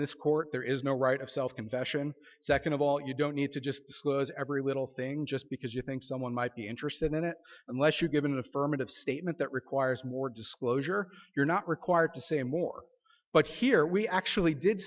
this court there is no right of self confession and second of all you don't need to just every little thing just because you think someone might be interested in it unless you give an affirmative statement that requires more disclosure you're not required to say more but here we actually did